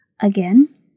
Again